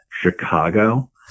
Chicago